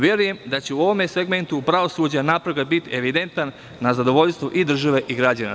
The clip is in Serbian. Verujem da će u ovom segmentu pravosuđa napredak biti evidentan na zadovoljstvo i države i građana.